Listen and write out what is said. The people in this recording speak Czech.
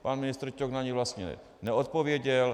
Pan ministr Ťok na ni vlastně neodpověděl.